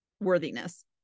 worthiness